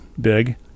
big